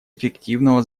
эффективного